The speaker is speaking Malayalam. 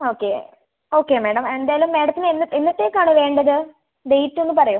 ഓക്കെ ഓക്കെ മാഡം എന്തായാലും മാഡത്തിന് എന്നത്തേക്ക് ആണ് വേണ്ടത് ഡേറ്റ് ഒന്ന് പറയാമോ